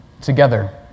together